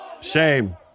shame